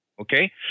Okay